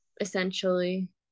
essentially